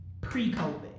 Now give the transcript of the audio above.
pre-COVID